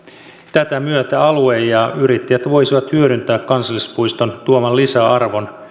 tätä myöten alue ja yrittäjät voisivat hyödyntää kansallispuiston tuoman lisäarvon